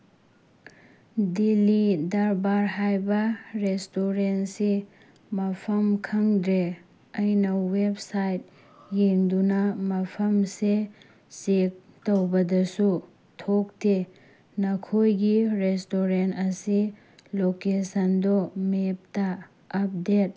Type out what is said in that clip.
ꯗꯦꯜꯍꯤ ꯗꯔꯕꯥꯔ ꯍꯥꯏꯕ ꯔꯦꯁꯇꯨꯔꯦꯟꯁꯦ ꯃꯐꯝ ꯈꯪꯗ꯭ꯔꯦ ꯑꯩꯅ ꯋꯦꯞꯁꯥꯏꯠ ꯌꯦꯡꯗꯨꯅ ꯃꯐꯝꯁꯦ ꯆꯦꯛ ꯇꯧꯕꯗꯁꯨ ꯊꯣꯛꯇꯦ ꯅꯈꯣꯏꯒꯤ ꯔꯦꯁꯇꯨꯔꯦꯟ ꯑꯁꯤ ꯂꯣꯀꯦꯁꯟꯗꯣ ꯃꯦꯞꯇ ꯑꯞꯗꯦꯠ